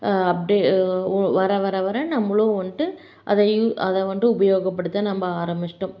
அப்படியே ஒ வர வர வர நம்மளும் வந்துட்டு அதை யூ அதை வந்துட்டு உபயோகப்படுத்த நம்ம ஆரம்மிச்சிட்டோம்